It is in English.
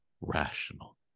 rational